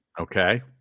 Okay